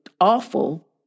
awful